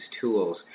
tools